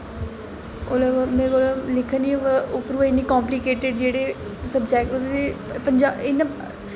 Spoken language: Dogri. उसलै मेरे कोला दा लिखन निं होऐ उप्परों इन्ने कंपलिकेटिड़ जेह्ड़े इ'यां